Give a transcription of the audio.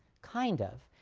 kind of,